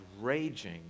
raging